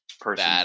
person